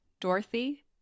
Dorothy